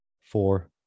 Four